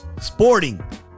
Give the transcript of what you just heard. sporting